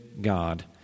God